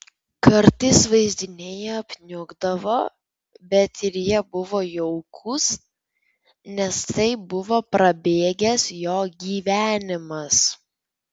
kartais vaizdiniai apniukdavo bet ir jie buvo jaukūs nes tai buvo prabėgęs jo gyvenimas